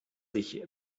ich